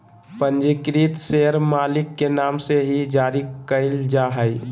पंजीकृत शेयर मालिक के नाम से ही जारी क़इल जा हइ